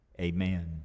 Amen